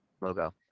logo